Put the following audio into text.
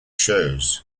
shows